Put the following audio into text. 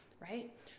right